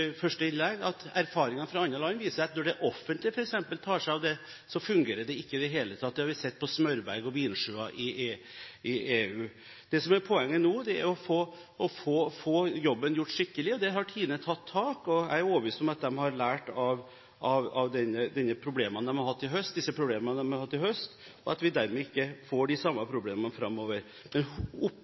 første innlegg – at når det offentlige f.eks. tar seg av det, fungerer det ikke i det hele tatt. Det har vi sett på smørberg og vinsjøer i EU. Det som er poenget nå, er å få jobben gjort skikkelig. Der har Tine tatt tak, og jeg er overbevist om at de har lært av disse problemene de har hatt i høst, og at vi dermed ikke får de samme problemene framover. Men